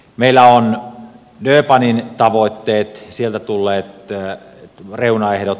meillä on durbanin tavoitteet sieltä tulleet reunaehdot